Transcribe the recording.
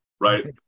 Right